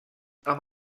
amb